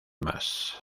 más